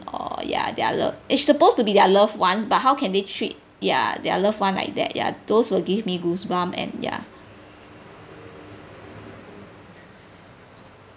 or ya their loved it supposed to be their loved ones but how can they treat ya their loved one like that ya those will give me goosebump and ya